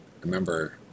Remember